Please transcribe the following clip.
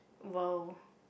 !wow!